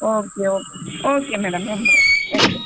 okay oh okay madam thank you